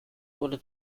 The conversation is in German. wurde